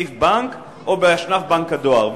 בסניף בנק או באשנב בנק הדואר.